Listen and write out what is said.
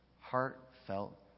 heartfelt